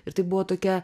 ir tai buvo tokia